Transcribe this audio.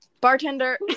bartender